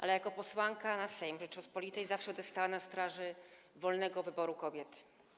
ale jako posłanka na Sejm Rzeczypospolitej zawsze będę stała na straży wolnego wyboru kobiet.